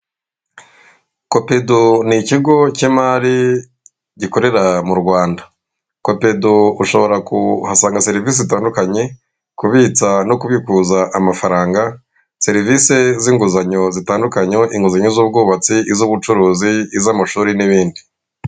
Kopedo ni ikigo cy'imari gikorera mu Rwanda, Kopedo ushobora kuhasanga serivisi zitandukanye, kubitsa no kubikuza amafaranga, serivisi z'inguzanyo zitandukanye, inguzanyo z'ubwubatsi, iz'ubucuruzi, iz'amashuri, n'ibindi.